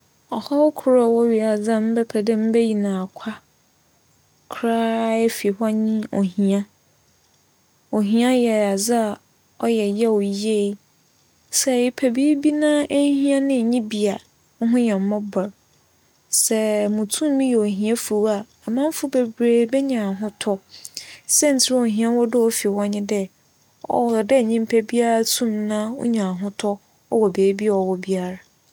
ͻhaw kor a ͻwͻ wiadze a mebɛpɛ dɛ meyi no akwa koraa efi hͻ nye ohia. Ohia yɛ adze a ͻyɛ yaw yie. Sɛ epɛ biribi na ehia na nnyi bi a, wo ho yɛ mbͻbͻr. Sɛ mutum miyi ohia fi hͻ a, amamfo beberee benya ahotͻ. Siantsir a ͻwͻ dɛ ohia fi hͻ nye dɛ, ͻwͻ dɛ nyimpa biara tum na onya ahotͻ wͻ beebiara ͻwͻ biara.